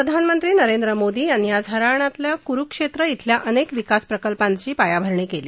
प्रधानमंत्री नरेंद्र मोदी यांनी आज हरयाणातल्या कुरुक्षेत्र श्वल्या अनेक विकासप्रकल्पांचं पायाभरणी केली